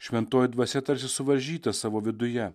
šventoji dvasia tarsi suvaržyta savo viduje